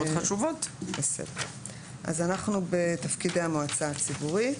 אנחנו בתפקידי המועצה הציבורית.